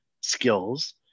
skills